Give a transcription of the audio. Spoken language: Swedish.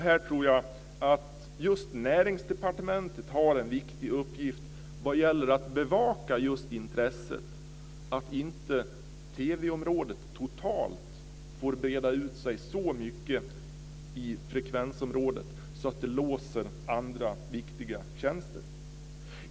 Här tror jag att just Näringsdepartementet har en viktig uppgift vad gäller att bevaka att TV-området totalt inte får breda ut sig så mycket i frekvensområdet att det låser andra viktiga tjänster.